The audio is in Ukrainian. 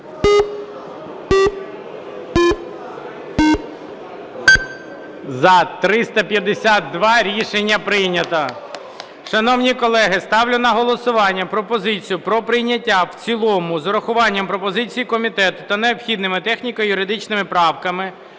За-352 Рішення прийнято. Шановні колеги, ставлю на голосування пропозицію про прийняття в цілому з урахуванням пропозицій комітету та необхідними техніко-юридичними правками